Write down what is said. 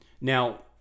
Now